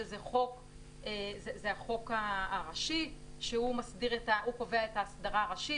שזה החוק הראשי שקובע את האסדרה הראשית,